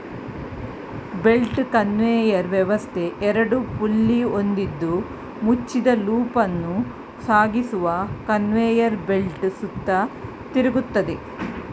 belt conveyor ವ್ಯವಸ್ಥೆ ಎರಡು pulley ಹೊಂದಿದ್ದು ಮುಚ್ಚಿದ ಲೂಪನ್ನು ಸಾಗಿಸುವ ಕನ್ವೇಯರ್ ಬೆಲ್ಟ್ ಸುತ್ತ ತಿರುಗ್ತದೆ